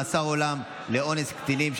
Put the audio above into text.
מאסר עולם לאונס קטינים),